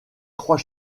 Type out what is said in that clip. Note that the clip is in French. trois